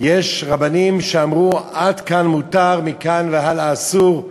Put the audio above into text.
יש רבנים שאמרו: עד כאן מותר, מכאן והלאה אסור,